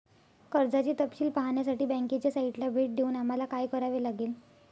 कर्जाचे तपशील पाहण्यासाठी बँकेच्या साइटला भेट देऊन आम्हाला काय करावे लागेल?